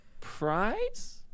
prize